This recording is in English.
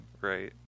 right